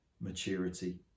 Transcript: maturity